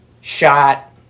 shot